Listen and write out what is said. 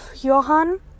johan